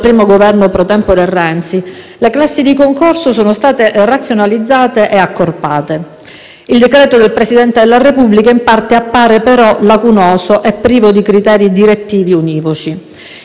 primo Governo *pro tempore* Renzi, le classi di concorso sono state razionalizzate e accorpate; il decreto del Presidente della Repubblica in parte appare, però, lacunoso e privo di criteri direttivi univoci;